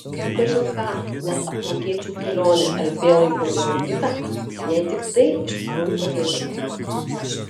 kaip kažin ką net apmokėčiau kelionę erdvėlaiviu į orbitą jei tik tai iš tikrųjų padėtų